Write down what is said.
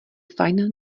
fajn